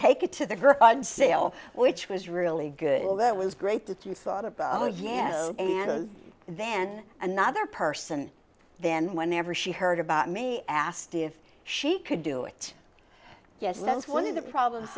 take it to the group on sale which was really good and all that was great that you thought about oh yeah and then another person then whenever she heard about me asked if she could do it yes and that's one of the problems